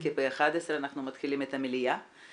כי ב-11:00 אנחנו מתחילים את המליאה.